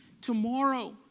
tomorrow